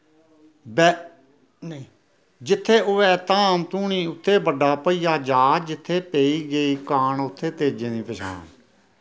जित्थै होऐ धाम धूनी उत्थै बड्डा भाइया जा जित्थै पेई गेई काह्न उत्थै तेज्जे दी गै पशान